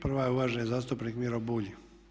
Prva je uvaženi zastupnik Miro Bulj.